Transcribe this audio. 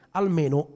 almeno